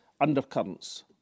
undercurrents